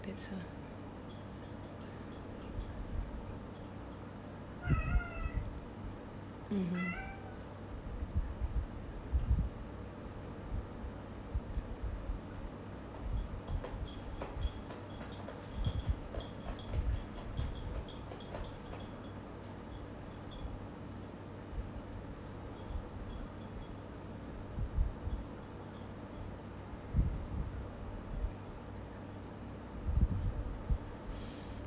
that's uh (uh huh)